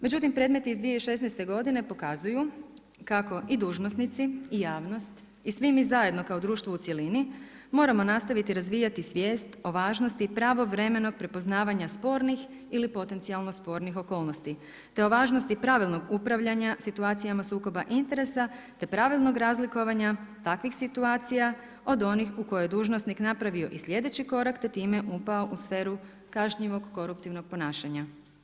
Međutim, predmeti iz 2016. godine pokazuju kako i dužnosnici i javnost, i svi mi zajedno kao društvo u cjelini moramo nastaviti razvijati svijest o važnosti pravovremenog prepoznavanja spornih ili potencijalno spornih okolnosti te o važnosti pravilnog upravljanja situacijama sukoba interesa te pravilnog razlikovanja takvih situacija od onih u kojima je dužnosnik napravio i sljedeći korak te time upao u sferu kažnjivog koruptivnog ponašanja.